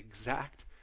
exact